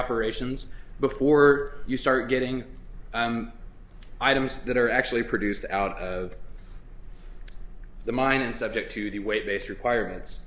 operations before you start getting items that are actually produced out of the mine and subject to the weight based requirements